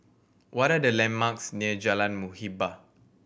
what are the landmarks near Jalan Muhibbah